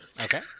Okay